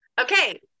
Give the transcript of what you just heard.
Okay